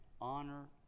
honor